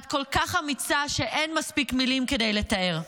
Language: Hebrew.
ואת כל כך אמיצה שאין מספיק מילים כדי לתאר.